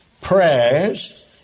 prayers